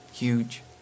huge